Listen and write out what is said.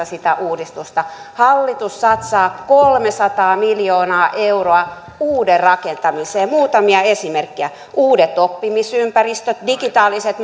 sitä uudistusta hallitus satsaa kolmesataa miljoonaa euroa uuden rakentamiseen muutamia esimerkkejä uudet oppimisympäristöt digitaaliset